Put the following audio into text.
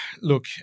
look